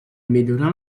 millorar